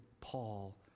Paul